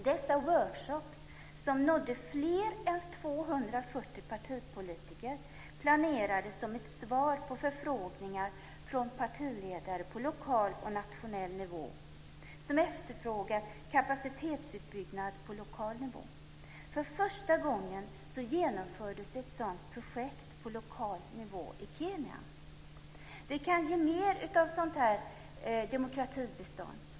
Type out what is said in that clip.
Dessa workshops, som nådde fler än För första gången genomfördes ett sådant projekt på lokal nivå i Kenya. Vi kan ge mer av sådant här demokratibistånd.